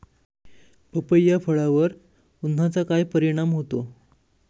पपई या फळावर उन्हाचा काय परिणाम होतो?